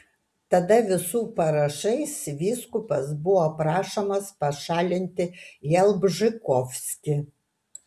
tada visų parašais vyskupas buvo prašomas pašalinti jalbžykovskį